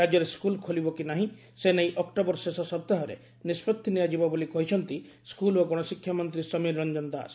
ରାଜ୍ୟରେ ସ୍କୁଲ୍ ଖୋଲିବ କି ନାହିଁ ସେ ନେଇ ଅକ୍ଯୋବର ଶେଷ ସପ୍ତାହରେ ନିଷ୍ବଉି ନିଆଯିବ ବୋଲି କହିଛନ୍ତି ସ୍କୁଲ୍ ଓ ଗଣଶିକ୍ଷା ମନ୍ତୀ ସମୀର ରଞ୍ଞନ ଦାଶ